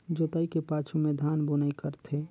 जोतई के पाछू में धान बुनई करथे